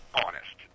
honest